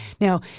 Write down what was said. Now